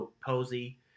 Posey